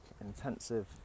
intensive